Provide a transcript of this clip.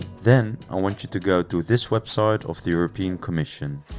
then i want you to go to this website of the european commission,